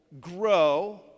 grow